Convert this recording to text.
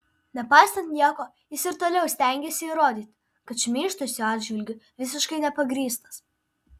nepaisant nieko jis ir toliau stengiasi įrodyti kad šmeižtas jo atžvilgiu visiškai nepagrįstas